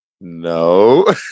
no